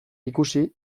ikusi